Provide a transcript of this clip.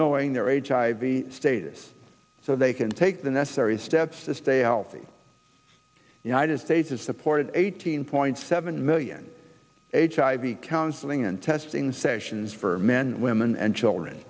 knowing their status so they can take the necessary steps to stay healthy united states has supported eighteen point seven million h i v counseling and testing sessions for men women and children